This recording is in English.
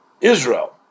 Israel